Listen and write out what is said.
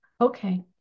Okay